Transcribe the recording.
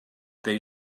they